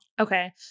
Okay